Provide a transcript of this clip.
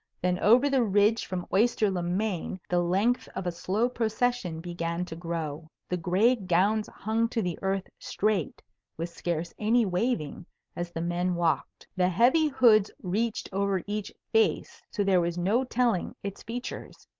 then over the ridge from oyster-le-main the length of a slow procession began to grow. the gray gowns hung to the earth straight with scarce any waving as the men walked. the heavy hoods reached over each face so there was no telling its features.